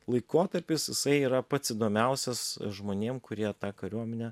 laikotarpis jisai yra pats įdomiausias žmonėm kurie tą kariuomenę